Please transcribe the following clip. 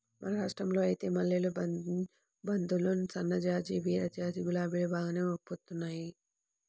మన రాష్టంలో ఐతే మల్లెలు, బంతులు, సన్నజాజి, విరజాజి, గులాబీలు బాగానే పూయిత్తున్నారు